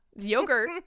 Yogurt